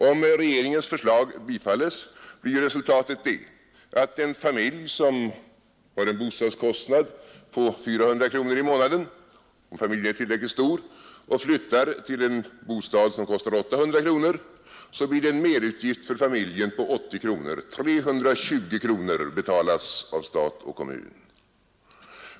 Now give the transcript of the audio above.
Om regeringens förslag bifalles blir resultatet att en familj som har en bostadskostnad på 400 kronor i månaden och flyttar till en bostad som kostar 800 kronor får, om familjen är tillräckligt stor, en merutgift på 80 kronor. 320 kronor betalas av stat och kommun.